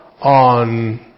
on